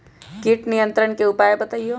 किट नियंत्रण के उपाय बतइयो?